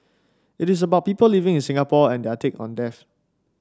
it is about people living in Singapore and their take on death